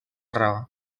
raó